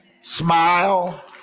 smile